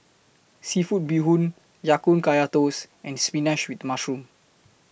Seafood Bee Hoon Ya Kun Kaya Toast and Spinach with Mushroom